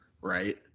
Right